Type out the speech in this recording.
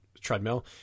treadmill